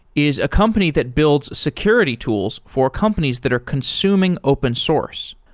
is a company that builds security tools for companies that are consuming open source.